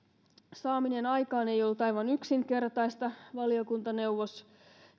saaminen aikaan ei ollut aivan yksinkertaista valiokuntaneuvos